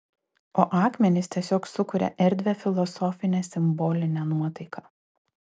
o akmenys tiesiog sukuria erdvią filosofinę simbolinę nuotaiką